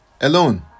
alone